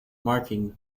marking